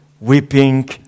weeping